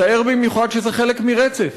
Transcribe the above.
מצער במיוחד שזה חלק מרצף.